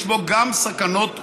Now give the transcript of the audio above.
יש בו גם סכנות גדולות,